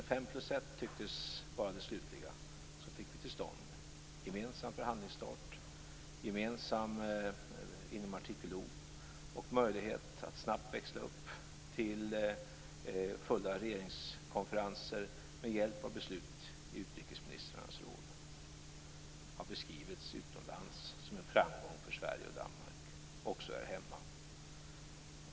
När fem plus ett tycktes vara det slutliga fick vi till stånd en gemensam förhandlingsstart - gemensam inom artikel O - och en möjlighet att snabbt växla upp till fulla regeringskonferenser med hjälp av beslut i utrikesministrarnas råd. Detta har utomlands, och också här hemma, beskrivits som en framgång för Sverige och Danmark.